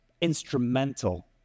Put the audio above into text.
instrumental